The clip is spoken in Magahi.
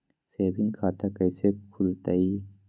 सेविंग खाता कैसे खुलतई?